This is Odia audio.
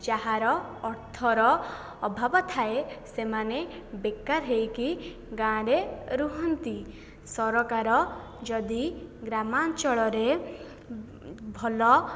ଯାହାର ଅର୍ଥର ଅଭାବ ଥାଏ ସେମାନେ ବେକାର ହୋଇକି ଗାଁରେ ରହନ୍ତି ସରକାର ଯଦି ଗ୍ରାମାଞ୍ଚଳରେ ଭଲ